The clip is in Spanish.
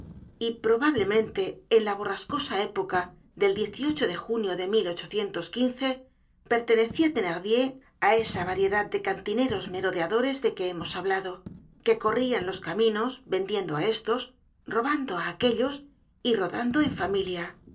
y probablemente en la borrascosa época del de junio de pertenecia thenardier á esa variedad de cantineros merodeadores de que hemos hablado que corrian lps caminos vendiendo á estos robando á aquellos y rodando en familia